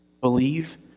believe